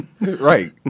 Right